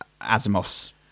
Asimov's